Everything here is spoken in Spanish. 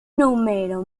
número